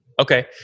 Okay